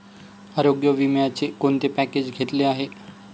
आरोग्य विम्याचे कोणते पॅकेज घेतले आहे?